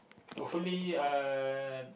hopefully uh